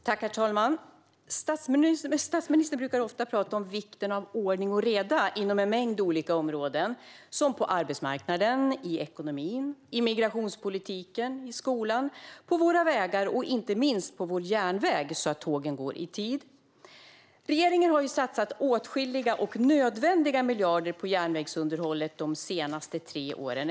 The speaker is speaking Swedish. Herr talman! Statsministern brukar ofta prata om vikten av ordning och reda inom en mängd olika områden: på arbetsmarknaden, i ekonomin, i migrationspolitiken, i skolan, på våra vägar och inte minst på vår järnväg så att tågen går i tid. Regeringen har ju satsat åtskilliga och nödvändiga miljarder på järnvägsunderhållet under de senaste tre åren.